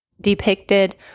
depicted